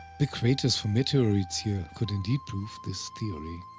big craters from meteorites here could indeed prove this theory.